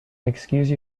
excuse